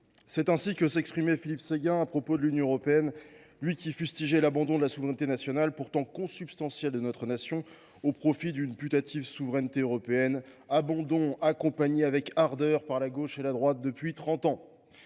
C’est ainsi que s’exprimait Philippe Séguin à propos de l’Union européenne, lui qui fustigeait l’abandon de la souveraineté nationale, pourtant consubstantielle de notre nation, au profit d’une putative souveraineté européenne, abandon accompagné avec ardeur par la gauche et la droite depuis trente